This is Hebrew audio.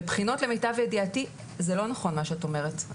בחינות למיטב ידיעתי, זה לא נכון מה שאת אומרת.